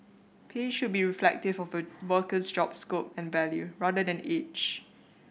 pay should be reflective of a worker's job scope and value rather than age